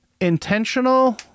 Intentional